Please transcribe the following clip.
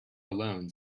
alone